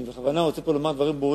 אני בכוונה רוצה לומר פה דברים ברורים,